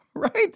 Right